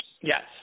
Yes